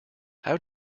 how